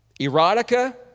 erotica